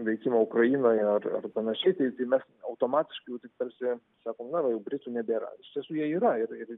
veikimą ukrainoje ar ar panašiai tai tai mes automatiškai jau taip tarsi sakom na va jau britų nebėra iš tiesų jie yra ir ir